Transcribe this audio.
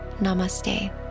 namaste